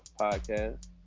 podcast